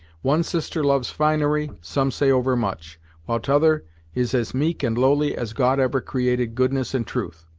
one sister loves finery, some say overmuch while t'other is as meek and lowly as god ever created goodness and truth.